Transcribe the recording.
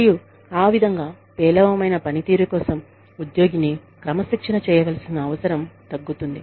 మరియు ఆ విధంగా పేలవమైన పనితీరు కోసం ఉద్యోగిని క్రమశిక్షణ చేయవలసిన అవసరం తగ్గుతుంది